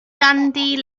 gandhi